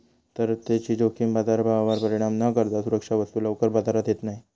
तरलतेची जोखीम बाजारभावावर परिणाम न करता सुरक्षा वस्तू लवकर बाजारात येत नाही